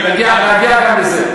אם נגיע, נגיע גם לזה.